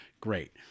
Great